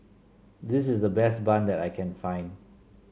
this is the best bun that I can find